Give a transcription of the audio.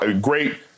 great